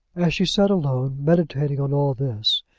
as she sat alone, meditating on all this,